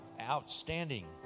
outstanding